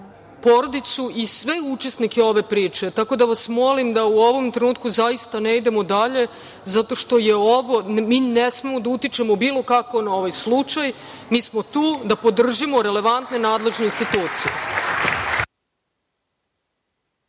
porodicu i sve učesnike ove priče. Tao da vas molim da u ovom trenutku ne idemo dalje, zato što mi ne smemo da utičemo bilo kako na ovaj slučaj. Mi smo tu da podržimo relevantne državne institucije.